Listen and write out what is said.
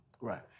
Right